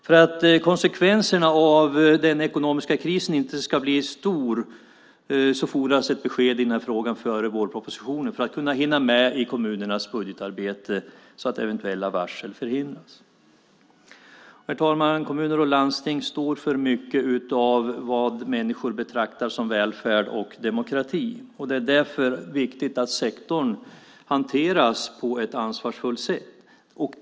För att konsekvenserna av den ekonomiska krisen inte ska bli stora fordras ett besked i den här frågan före vårpropositionen för att kunna hinna med i kommunernas budgetarbete så att eventuella varsel förhindras. Herr talman! Kommuner och landsting står för mycket av vad människor betraktar som välfärd och demokrati, och det är därför viktigt att sektorn hanteras på ett ansvarsfullt sätt.